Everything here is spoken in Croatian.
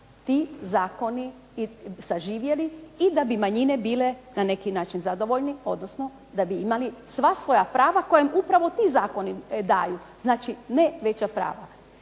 ti zakoni i saživjeli i da bi manjine bile na neki način zadovoljni, odnosno da bi imali sva svoja prava koja im upravo ti zakoni daju, znači ne veća prava.